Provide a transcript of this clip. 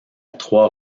trois